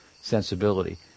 sensibility